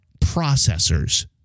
processors